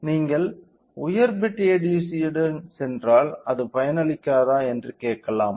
நீங்கள் உயர் பிட் ADCயுடன் சென்றால் அது பயனளிக்காதா என்று நீங்கள் கேட்கலாம்